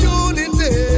unity